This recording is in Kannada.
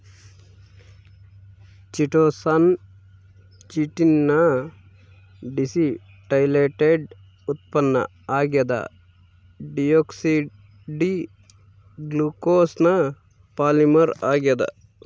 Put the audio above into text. ಚಿಟೋಸಾನ್ ಚಿಟಿನ್ ನ ಡೀಸಿಟೈಲೇಟೆಡ್ ಉತ್ಪನ್ನ ಆಗ್ಯದ ಡಿಯೋಕ್ಸಿ ಡಿ ಗ್ಲೂಕೋಸ್ನ ಪಾಲಿಮರ್ ಆಗ್ಯಾದ